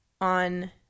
on